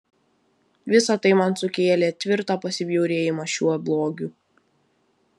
visa tai man sukėlė tvirtą pasibjaurėjimą šiuo blogiu